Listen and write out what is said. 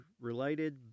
related